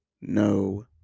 no